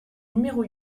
numéro